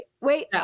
wait